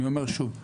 אני אומר שוב,